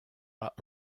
pas